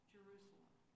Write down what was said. Jerusalem